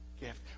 gift